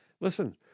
Listen